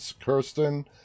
Kirsten